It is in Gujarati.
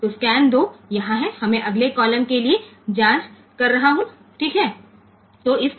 તેથી સ્કેન 2 અહીં છે અને હું આગળની કોલમ માટે તપાસી રહ્યો છું બરાબર